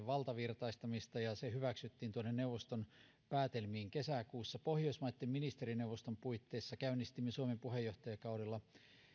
valtavirtaistamista ja ja se hyväksyttiin neuvoston päätelmiin kesäkuussa pohjoismaitten ministerineuvoston puitteissa käynnistimme suomen puheenjohtajakaudella